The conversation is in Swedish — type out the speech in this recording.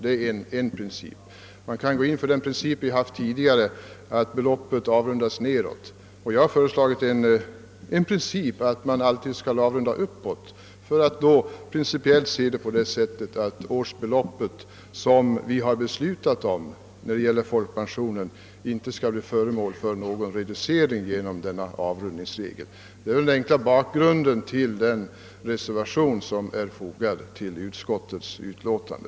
En annan princip är den som tidigare tillämpats och som innebär att beloppet avrundas nedåt. Vi har föreslagit principen, att man alltid skall avrunda uppåt, varigenom de beslutande årsbeloppen för folkpensionen inte skall kunna reduceras genom denna avrundningsregel. Detta är den enkla bakgrunden till den reservation som fogats till utskottets utlåtande.